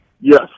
Yes